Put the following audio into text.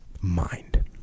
mind